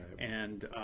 and,